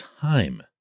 time